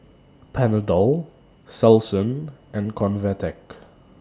Panadol Selsun and Convatec